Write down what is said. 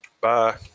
Bye